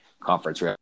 conference